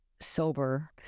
sober